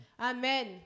Amen